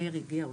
מאיר הגיע,